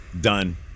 done